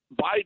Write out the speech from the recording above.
Biden